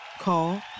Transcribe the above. Call